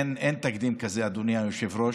אין תקדים כזה, אדוני היושב-ראש,